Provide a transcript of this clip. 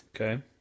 Okay